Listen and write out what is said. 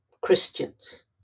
Christians